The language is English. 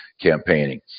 campaigning